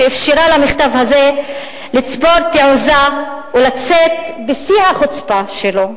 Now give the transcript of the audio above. שאפשרה למכתב הזה לצבור תאוצה ולצאת בשיא החוצפה שלו,